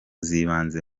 z’ibanze